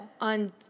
on